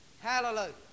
Hallelujah